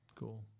Cool